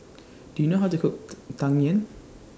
Do YOU know How to Cook Tang Yuen